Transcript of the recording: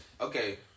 okay